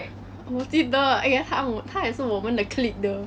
我记得 eh 他他也是我们的 clique 的